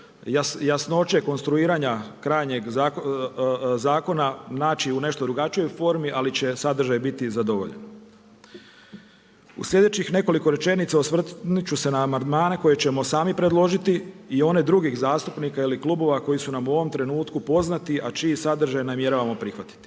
jasnoće konstruiranja krajnjeg zakona naći u nešto drugačijoj formi, ali će sadržaj biti zadovoljen. U sljedećih nekoliko rečenica osvrnut ću se na amandmane koje ćemo sami predložiti i one drugih zastupnika ili klubova koji su nam u ovom trenutku poznati, a čiji sadržaj namjeravamo prihvatiti.